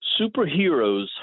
Superheroes